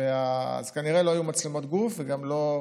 אז כנראה לא היו מצלמות גוף וגם לא,